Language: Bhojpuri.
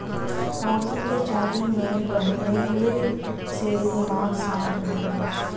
मोती के चांदी में पहिनले से दिमाग शांत रहला